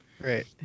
Right